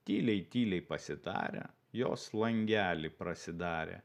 tyliai tyliai pasitarę jos langelį prasidarė